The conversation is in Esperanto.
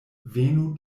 venu